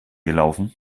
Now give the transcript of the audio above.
gelaufen